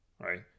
right